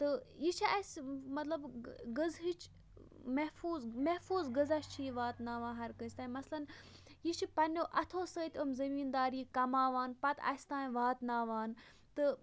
تہٕ یہِ چھِ اسہِ مَطلب غٕذہٕچ محفوٗظ محفوٗظ غذا چھُ یہِ واتناوان ہر کٲنٛسہِ تام مَثلن یہِ چھِ پَننیو اَتھو سۭتۍ یِم زٔمیٖندٲری کَماوان پتہٕ اَسہِ تام واتناوان تہٕ